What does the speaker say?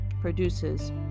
produces